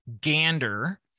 gander